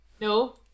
No